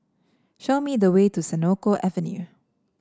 show me the way to Senoko Avenue